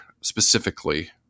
specifically